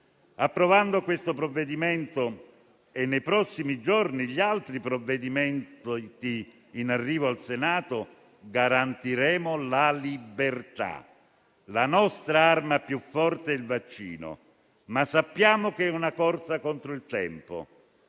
Approvando questo provvedimento e, nei prossimi giorni, gli altri in arrivo al Senato garantiremo la libertà. La nostra arma più forte è il vaccino, ma sappiamo che è una corsa contro il tempo.